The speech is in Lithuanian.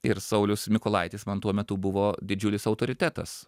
ir saulius mykolaitis man tuo metu buvo didžiulis autoritetas